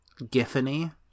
Giffany